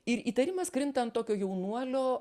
ir įtarimas krinta ant tokio jaunuolio